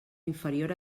inferior